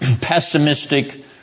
pessimistic